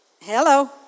Hello